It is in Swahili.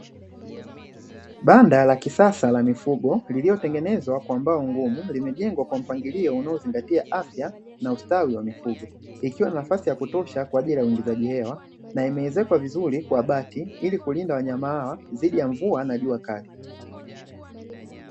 Banda la kisasa la mifugo lililotengenezwa kwa mbao ngumu limejengwa kwa mpangilio unaozingatia afya na ustawi wa mifugo likiwa na nafasi ya kutosha kwa ajili ya uingizaji hewa na imeezekwa vizuri kwa bati ili kulinda wanyama hawa dhidi ya mvua na jua kali.